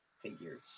figures